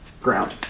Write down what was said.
ground